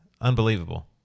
unbelievable